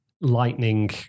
lightning